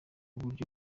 buryo